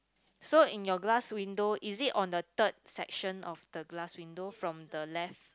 so in your glass window is it on the third section of the glass window from the left